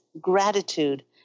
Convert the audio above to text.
gratitude